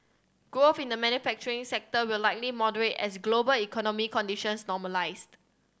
growth in the manufacturing sector will likely moderate as global economic conditions normalise